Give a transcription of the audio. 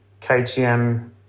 KTM